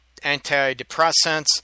antidepressants